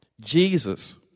Jesus